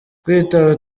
kwitaba